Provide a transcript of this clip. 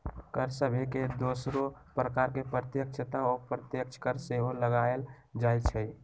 कर सभके दोसरो प्रकार में प्रत्यक्ष तथा अप्रत्यक्ष कर सेहो लगाएल जाइ छइ